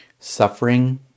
suffering